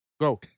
Go